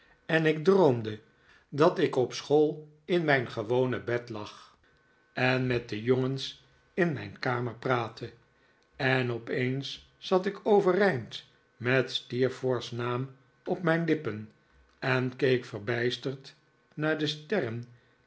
en ik droomde dat ik op school in mijn gewone bed lag en met de jongens in mijn kamer praatte en opeens zat ik overeind met steerforth's naam op mijn lippen en keek verbijsterd naar de sterren